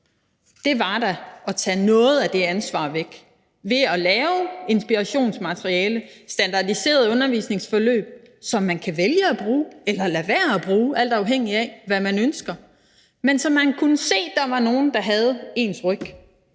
da at tage noget af det ansvar væk ved at lave inspirationsmateriale og standardiserede undervisningsforløb, som man kunne vælge at bruge eller lade være med at bruge, alt afhængigt af hvad man ønskede, men så man kunne se, at der var nogen, der havde ens ryg.